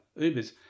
Ubers